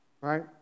right